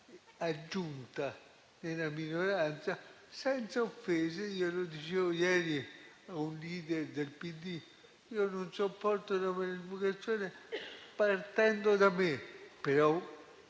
minoranza, senza offese. Lo dicevo ieri a un *leader* del PD: io non sopporto la maleducazione, partendo da me.